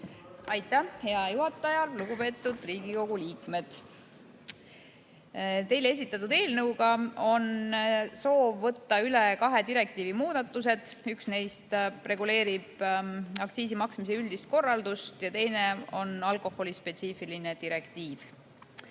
Aitäh, hea juhataja! Lugupeetud Riigikogu liikmed! Teile esitatud eelnõuga on soov võtta üle kahe direktiivi muudatused. Üks neist reguleerib aktsiisi maksmise üldist korraldust ja teine on alkoholispetsiifiline